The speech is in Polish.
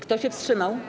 Kto się wstrzymał?